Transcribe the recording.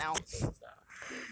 okay so we can start ah okay